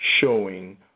showing